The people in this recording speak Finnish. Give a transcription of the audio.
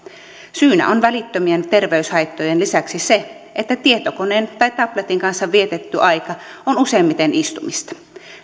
syynä on välittömien terveyshaittojen lisäksi se että tietokoneen tai tabletin kanssa vietetty aika on useimmiten istumista